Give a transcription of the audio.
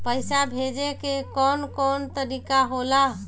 पइसा भेजे के कौन कोन तरीका होला?